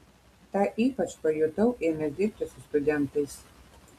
tą ypač pajutau ėmęs dirbti su studentais